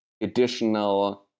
additional